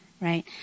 right